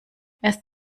erst